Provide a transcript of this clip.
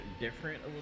different